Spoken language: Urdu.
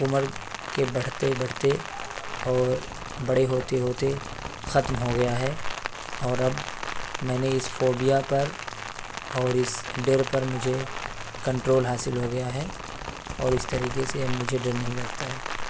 عمر کے بڑھتے بڑھتے اور بڑے ہوتے ہوتے ختم ہو گیا ہے اور اب میں نے اس فوبیا پر اور اس ڈر پر مجھے کنٹرول حاصل ہوگیا ہے اور اس طریقے سے اب مجھے ڈر نہیں لگتا ہے